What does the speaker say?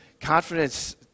confidence